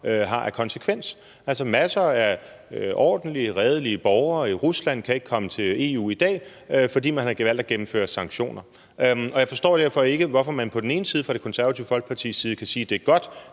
har af konsekvens. Masser af ordentlige, redelige borgere i Rusland kan ikke komme til EU i dag, fordi man har valgt at gennemføre sanktioner. Jeg forstår derfor ikke, hvorfor man fra Det Konservative Folkepartis side på den ene side kan sige, at det er godt,